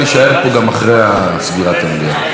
אני אאשר לך חריג, בסדר?